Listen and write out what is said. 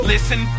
Listen